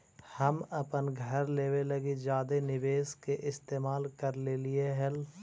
हम अपन घर लेबे लागी जादे निवेश के इस्तेमाल कर लेलीअई हल